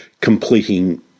completing